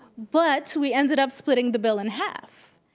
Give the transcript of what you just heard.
but we ended up splitting the bill in half.